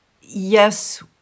yes